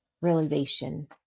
realization